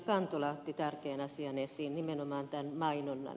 kantola otti tärkeän asian esiin nimenomaan tämän mainonnan